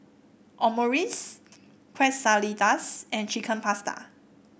Omurice Quesadillas and Chicken Pasta